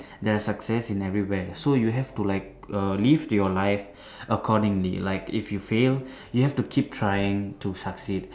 there are success in everywhere so you have to like err live your life accordingly like if you fail you have to keep trying to succeed